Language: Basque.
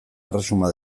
erresuma